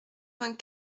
vingt